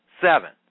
seven